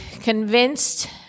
convinced